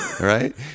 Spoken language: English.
right